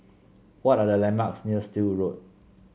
what are the landmarks near Still Road